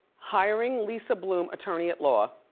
hiring lisa bloom, attorney at law,